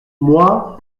moi